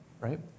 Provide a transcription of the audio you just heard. right